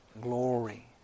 glory